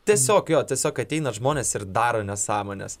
tiesiog jo tiesiog ateina žmonės ir daro nesąmones